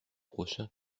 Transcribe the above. prochain